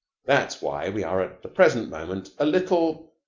that's why we are at the present moment a little